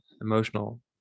emotional